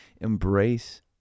embrace